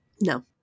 No